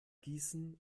gießen